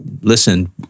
listen